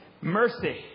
Mercy